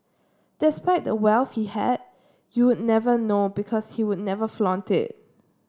despite the wealth he had you would never know because he would never flaunted it